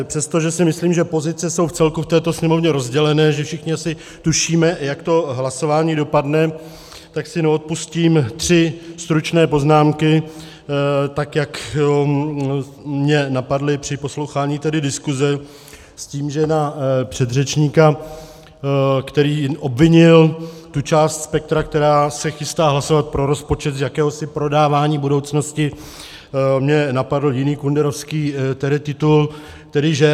Přestože si myslím, že pozice jsou vcelku v této Sněmovně rozdělené, že všichni asi tušíme, jak to hlasování dopadne, tak si neodpustím tři stručné poznámky, tak jak mě napadly při poslouchání diskuse, s tím, že na předřečníka, který obvinil tu část spektra, která se chystá hlasovat pro rozpočet, z jakéhosi prodávání budoucnosti mě napadl jiný kunderovský titul, tedy Žert.